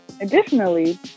Additionally